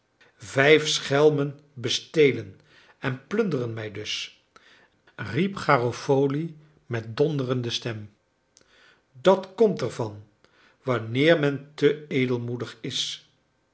vijf schelmen bestelen en plunderen mij dus riep garofoli met donderende stem dat komt ervan wanneer men te edelmoedig is